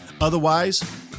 Otherwise